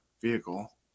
vehicle